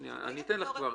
שלצד השני יהיה זמן להגיב,